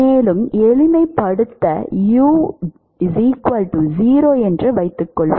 மேலும் எளிமைப்படுத்த 0 என்று வைத்துக்கொள்வோம்